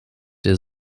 der